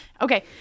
Okay